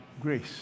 grace